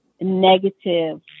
negative